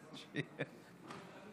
ככה?